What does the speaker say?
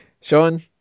Sean